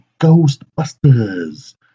Ghostbusters